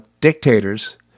dictators